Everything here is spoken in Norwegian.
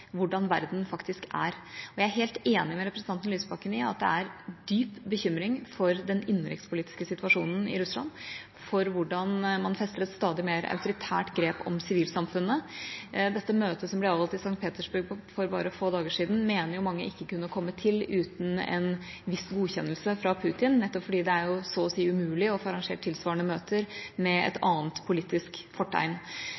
hvordan verden faktisk er. Jeg er helt enig med representanten Lysbakken i at det er dyp bekymring for den innenrikspolitiske situasjonen i Russland, og for hvordan man fester et stadig mer autoritært grep om sivilsamfunnet. Dette møtet som ble avholdt i St. Petersburg for bare få dager siden, mener mange ikke kunne ha kommet til uten en viss godkjennelse fra Putin, nettopp fordi det er så å si umulig å få arrangert tilsvarende møter med et annet politisk fortegn.